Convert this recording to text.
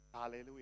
Hallelujah